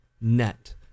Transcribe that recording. net